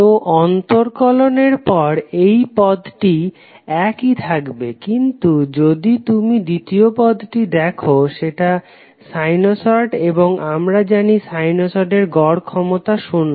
তো অন্তরকলনের পর এই পদটি একই থাকবে কিন্তু যদি তুমি দ্বিতীয় পদটি দেখো সেটা সাইনোসড এবং আমরা জানি সাইনোসডের গড় ক্ষমতা শূন্য